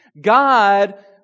God